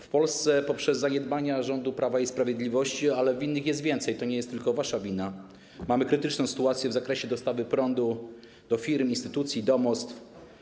W Polsce poprzez zaniedbania rządu Prawa i Sprawiedliwości - ale winnych jest więcej, to nie jest tylko wasza wina - mamy krytyczną sytuację w zakresie dostawy prądu do firm, instytucji, domostw.